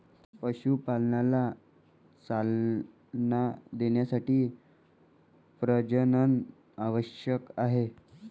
पशुपालनाला चालना देण्यासाठी प्रजनन आवश्यक आहे